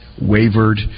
Wavered